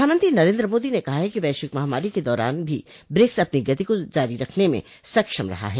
प्रधानमंत्री नरेन्द्र मोदी ने कहा है कि वैश्विक महामारी के दौरान भी ब्रिक्स अपनी गति को जारी रखने में सक्षम रहा है